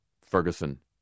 Ferguson